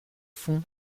fond